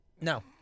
No